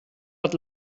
hat